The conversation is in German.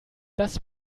das